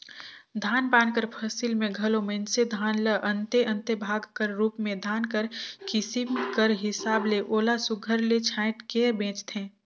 धान पान कर फसिल में घलो मइनसे धान ल अन्ते अन्ते भाग कर रूप में धान कर किसिम कर हिसाब ले ओला सुग्घर ले छांएट के बेंचथें